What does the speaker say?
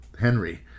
Henry